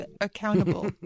accountable